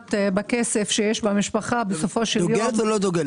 שהמעט בכסף שיש במשפחה, בסופו של דבר,